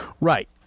Right